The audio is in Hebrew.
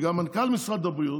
וגם מנכ"ל משרד הבריאות,